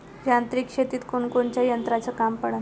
यांत्रिक शेतीत कोनकोनच्या यंत्राचं काम पडन?